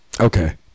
Okay